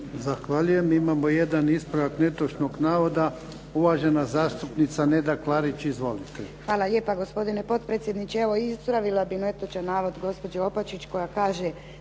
Zahvaljujem. Imamo jedan ispravak netočnog navoda. Uvažena zastupnica Neda Klarić. Izvolite.